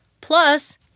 Plus